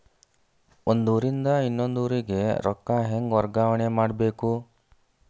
ಒಂದ್ ಊರಿಂದ ಇನ್ನೊಂದ ಊರಿಗೆ ರೊಕ್ಕಾ ಹೆಂಗ್ ವರ್ಗಾ ಮಾಡ್ಬೇಕು?